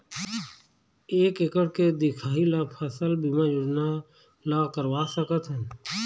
एक एकड़ के दिखाही ला फसल बीमा योजना ला करवा सकथन?